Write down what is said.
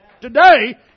Today